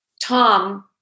Tom